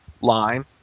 line